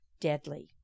deadly